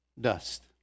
dust